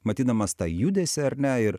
matydamas tą judesį ar ne ir